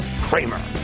Kramer